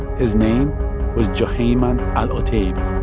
his name was juhayman al-otaiba.